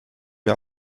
wir